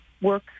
work